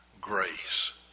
grace